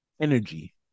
energy